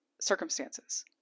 circumstances